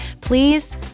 Please